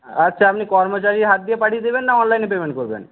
আচ্ছা আপনি কর্মচারীর হাত দিয়ে পাঠিয়ে দেবেন না অনলাইনে পেমেন্ট করবেন